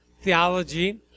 theology